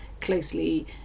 closely